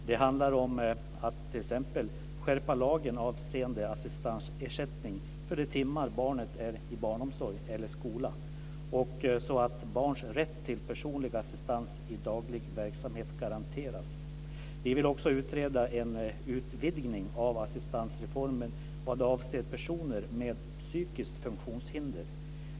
Det handlar om att t.ex. skärpa lagen avseende assistansersättning för de timmar barnet är i barnomsorg eller skola, så att barns rätt till personlig assistans i daglig verksamhet garanteras. Vi vill också utreda en utvidgning av assistansreformen vad avser personer med psykiskt funktionshinder.